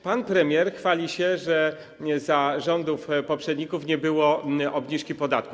Pan premier chwali się, że za rządów poprzedników nie było obniżki podatku.